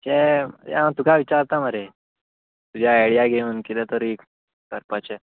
तें हांव तुका विचारता मरे तुज्या आयडिया घेवन किदें तरी करपाचें